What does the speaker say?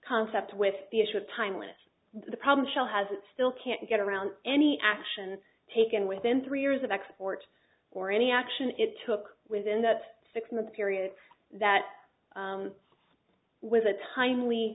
concept with the issue of time with the problem shell has still can't get around any action taken within three years of export or any action it took within that six month period that was a timely